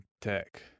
tech